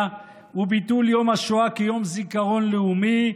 וביטול יום השואה כיום זיכרון לאומי,